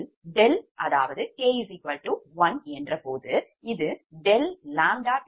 இதில்ɗ அதாவது 𝑘 1 என்ற போது இது ∆ʎ1∆Pg112d112d212d3